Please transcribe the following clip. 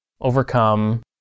overcome